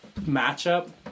matchup